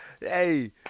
hey